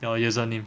your user name